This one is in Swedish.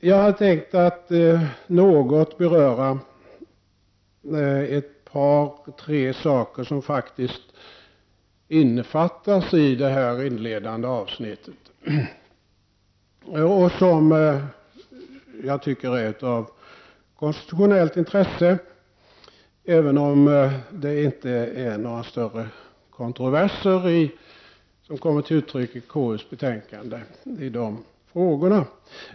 Jag har tänkt beröra ett par frågor som faktiskt innefattas i det inledande avsnittet och som jag tycker är av konstitutionellt intresse, även om det inte är några större kontroverser som kommer till uttryck i KUs betänkande när det gäller dessa frågor.